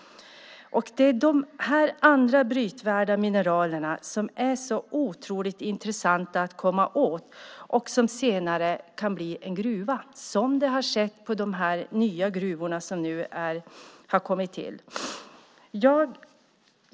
Det är de andra brytvärda mineralerna som det är så intressant att komma åt och som senare kan bli en gruva. Så har det skett när det gäller de nya gruvor som nu har kommit till.